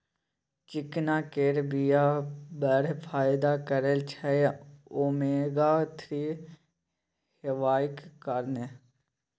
चिकना केर बीया बड़ फाइदा करय छै ओमेगा थ्री हेबाक कारणेँ